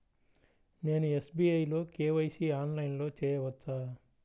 నేను ఎస్.బీ.ఐ లో కే.వై.సి ఆన్లైన్లో చేయవచ్చా?